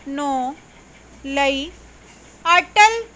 ਨੌਂ ਲਈ ਅਟਲ